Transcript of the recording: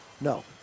No